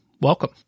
Welcome